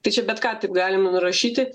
tai čia bet ką taip galima nurašyti